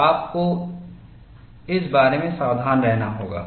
तो आपको इस बारे में सावधान रहना होगा